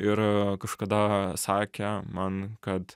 ir kažkada sakė man kad